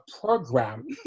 program